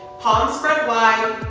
ah spread wide,